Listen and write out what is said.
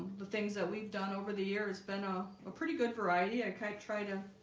the things that we've done over the years been a ah pretty good variety, i kind of try to